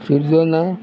शिरदोना